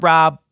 Rob